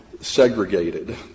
segregated